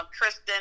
Kristen